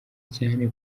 cyane